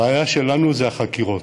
הבעיה שלנו היא החקירות.